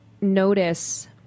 notice